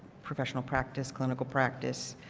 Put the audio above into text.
professional practice, clinical practice,